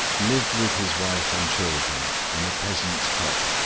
lived with his wife and children in a peasant's hut,